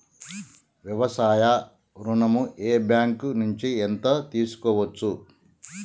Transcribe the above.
వ్యవసాయ ఋణం ఏ బ్యాంక్ నుంచి ఎంత తీసుకోవచ్చు?